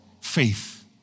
faith